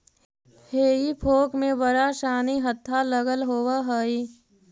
हेई फोक में बड़ा सानि हत्था लगल होवऽ हई